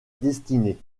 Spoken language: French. destinée